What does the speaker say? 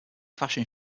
fashion